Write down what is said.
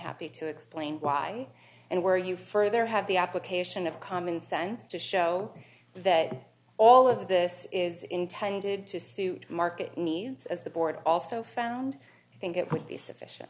happy to explain why and where you further have the application of common sense to show that all of this is intended to suit market needs as the board also found i think it would be sufficient